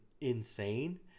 insane